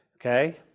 Okay